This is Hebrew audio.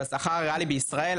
והשכר הריאלי בישראל,